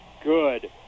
good